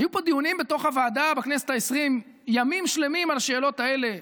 היו פה דיונים בתוך הוועדה בכנסת העשרים ימים שלמים על השאלות האלה,